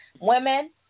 Women